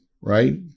right